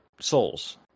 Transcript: souls